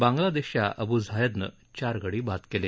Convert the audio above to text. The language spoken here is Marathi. बांगलादेशच्या अबू झायेदनं चार गडी बाद केले